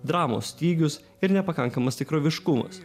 dramos stygius ir nepakankamas tikroviškumas